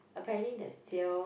apparently there is sale